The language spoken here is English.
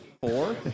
Four